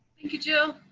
thank you, jill.